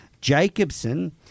Jacobson